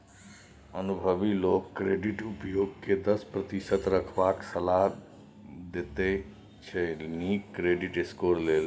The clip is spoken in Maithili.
अनुभबी लोक क्रेडिट उपयोग केँ दस प्रतिशत रखबाक सलाह देते छै नीक क्रेडिट स्कोर लेल